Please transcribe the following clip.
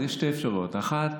אז יש שתי אפשרויות: אחת